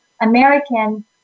American